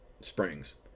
springs